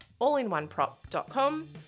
allinoneprop.com